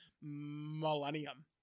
Millennium